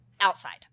outside